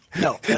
no